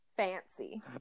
Fancy